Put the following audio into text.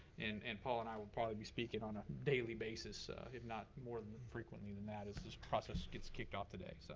and and paul and i will probably be speaking on a daily basis if not more frequently than that as this process gets kicked-off today. so